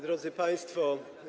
Drodzy Państwo!